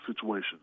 situation